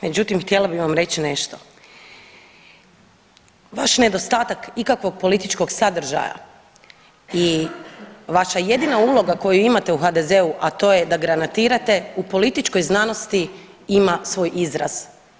Međutim, htjela bih vam reći nešto vaš nedostatak ikakvog političkog sadržaja i vaša jedina uloga koju imate u HDZ-u a to je da granatirate u političkoj znanosti ima svoj izraz.